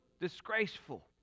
disgraceful